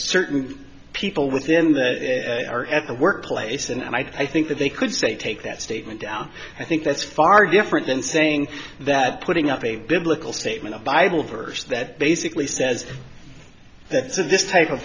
certain people within that or at the workplace and i think they could say take that statement out i think that's far different than saying that putting up a biblical statement a bible verse that basically says that's of this type of